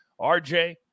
RJ